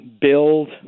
build